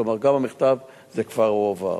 כלומר, גם המכתב, זה כבר הועבר.